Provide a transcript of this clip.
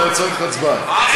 צריך הצבעה.